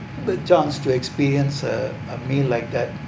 the chance to experience uh a meal like that